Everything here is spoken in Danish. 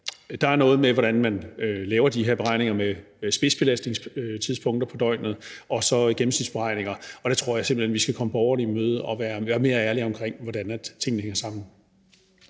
Der er noget med, hvordan man laver de her beregninger, med spidsbelastningstidspunkter på døgnet og så gennemsnitsberegninger, og der tror jeg simpelt hen, vi skal komme borgerne i møde og være mere ærlige omkring, hvordan tingene hænger sammen.